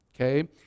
okay